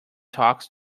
talks